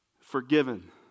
forgiven